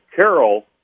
Carol